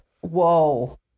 Whoa